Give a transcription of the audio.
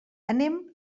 anem